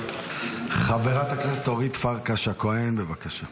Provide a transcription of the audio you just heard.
חברת הכנסת אורית פרקש הכהן, בבקשה.